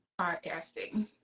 podcasting